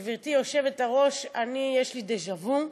גברתי, היושבת-ראש, אני, יש לי דז'ה-וו,